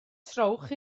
trowch